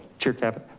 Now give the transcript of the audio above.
chair caput?